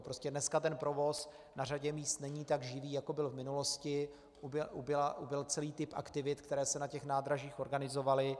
Prostě dneska ten provoz na řadě míst není tak živý, jako byl v minulosti, ubyl celý typ aktivit, které se na těch nádražích organizovaly.